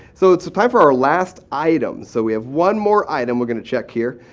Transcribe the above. so it's time for our last item. so we have one more item we're going to check here.